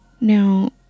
now